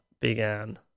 began